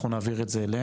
אנחנו נעביר את זה אליהם,